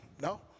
No